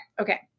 Okay